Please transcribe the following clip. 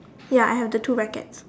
ya I have the two rackets